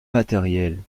matériels